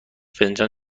فنجان